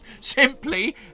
simply